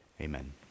Amen